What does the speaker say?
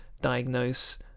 diagnose